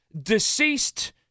deceased